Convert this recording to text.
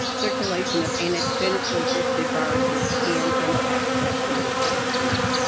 circulation of antigenically-drifted viruses can impact vaccine effectiveness.